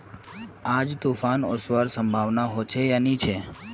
आज तूफ़ान ओसवार संभावना होचे या नी छे?